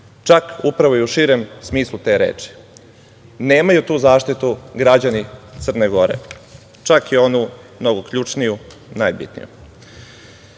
čak upravo i u širem smislu te reči. Nemaju tu zaštitu građani Crne Gore, čak i onu mnogo ključniju, najbitniju. Zato